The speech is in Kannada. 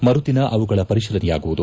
ಮರುದಿನ ಅವುಗಳ ಪರಿತೀಲನೆಯಾಗುವುದು